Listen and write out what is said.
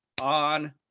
on